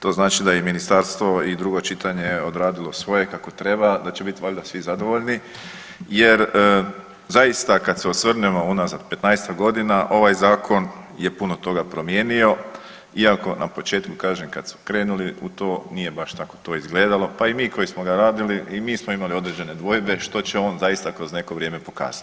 To znači da je ministarstvo i drugo čitanje odradilo svoje kako treba, da će bit valjda svi zadovoljni jer zaista kad se osvrnemo unazad 15-ak godina ovaj zakon je puno toga promijenio, iako na početku kažem kad su krenuli u to nije baš tako to izgledalo, pa i mi koji smo ga radili i mi smo imali određene dvojbe što će on zaista kroz neko vrijeme pokazati.